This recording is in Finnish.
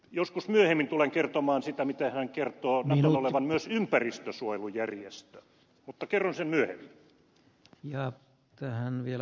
joskus myöhemmin tulen kertomaan sitä miten hän kertoo naton olevan myös ympäristönsuojelujärjestö mutta kerron sen myöhemmin